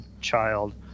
child